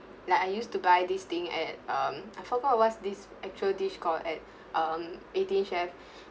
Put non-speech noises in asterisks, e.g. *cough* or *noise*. like I used to buy this thing at um I forgot what's this actual dish called at um eighteen chef *breath*